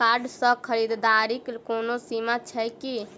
Card सँ खरीददारीक कोनो सीमा छैक की?